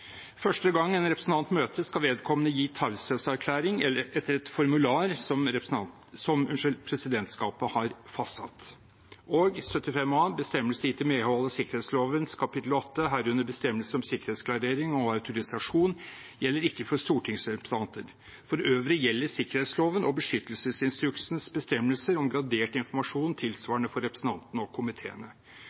Første gang en representant møter, skal vedkommende gi taushetserklæring etter et formular som presidentskapet har fastsatt.» Og i § 75 a står det: «Bestemmelser gitt i medhold av sikkerhetsloven kapittel 8, herunder bestemmelser om sikkerhetsklarering og autorisasjon, gjelder ikke for stortingsrepresentantene. For øvrig gjelder sikkerhetslovens og beskyttelsesinstruksens bestemmelser om behandling av gradert informasjon tilsvarende for representantene og komiteene.